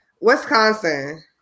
Wisconsin